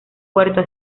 puerto